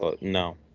No